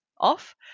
off